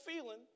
feeling